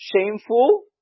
shameful